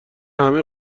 همه